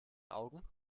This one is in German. augen